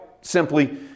simply